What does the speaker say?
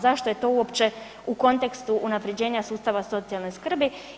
Zašto je to uopće u kontekstu unaprjeđenja sustava socijalne skrbi?